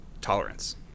tolerance